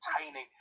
entertaining